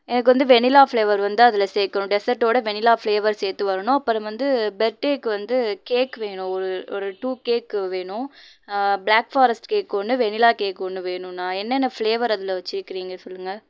எனக்கு வந்து vanilla flavour வந்து அதில் சேர்க்கணும் டெசட்டோடு வெண்ணிலா ஃப்ளேவர் சேர்த்து வரணும் அப்புறோம் வந்து பெர்ட்டேக்கு வந்து கேக் வேணும் ஒரு ஒரு டூ கேக் வேணும் பிளாக்ஃபாரஸ்ட் கேக் ஒன்று வெண்ணிலா கேக் ஒன்று வேணும்ண்ணா என்னென்ன ஃப்ளேவர் அதில் வச்சிருக்கிறீங்கள் சொல்லுங்கள்